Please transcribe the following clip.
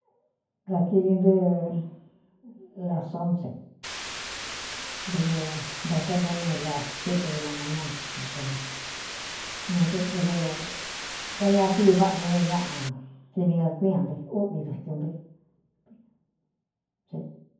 Kakiri ntɨ lasonce dɨvɨ ntotó nɨ ne la siete e a mañána toto ntɨ ne dɨvɨ ka ñaakídi váꞌnɨ ne ñaꞌa kini kakui a ntɨ úꞌvi dɨkɨn ntɨ́ ña xa.